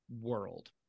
world